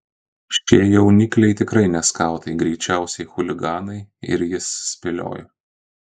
šie jaunikliai tikrai ne skautai greičiausiai chuliganai ir jis spėliojo